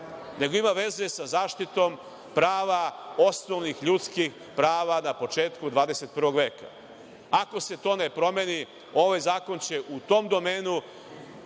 nego ima veze sa zaštitom prava, osnovnih ljudskih prava na početku 21. veka. Ako se to ne promeni, ovaj zakon će u tom domenu,